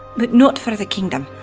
but not for the kingdom.